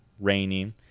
rainy